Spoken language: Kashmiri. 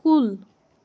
کُل